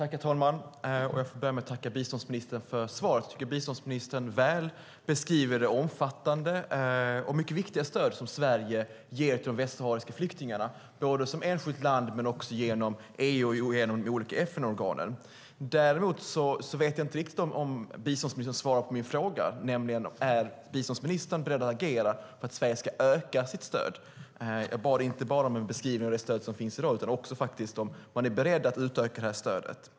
Herr talman! Jag får börja med att tacka biståndsministern för svaret. Jag tycker att hon väl beskriver det omfattande och viktiga stöd som Sverige ger till de västsahariska flyktingarna, både som enskilt land och genom EU och de olika FN-organen. Däremot vet jag inte riktigt om biståndsministern svarade på min fråga, nämligen om hon är beredd att agera för att Sverige ska öka sitt stöd. Jag bad inte bara om en beskrivning av det stöd som finns i dag, utan ställde också frågan om man är beredd att utöka stödet.